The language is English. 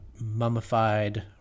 mummified